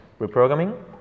reprogramming